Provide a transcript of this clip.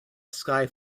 sky